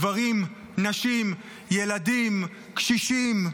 גברים, נשים, ילדים, קשישים,